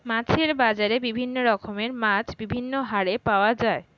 মাছের বাজারে বিভিন্ন রকমের মাছ বিভিন্ন হারে পাওয়া যায়